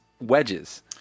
wedges